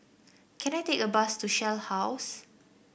can I take a bus to Shell House